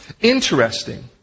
Interesting